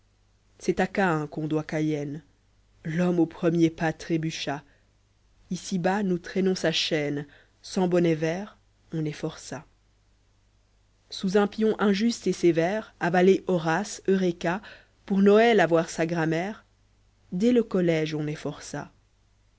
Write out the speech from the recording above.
c'est à catn qu'on doit cayenne l'homme au premier pas trébucha ici-bas nous traînons sa chaîne vsans bonnet vert on est forçat sous un pion injuste et sévère avaler horace eurêka pour noël avoir sa grammaire dès le collège on est forçat